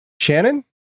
Shannon